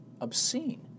obscene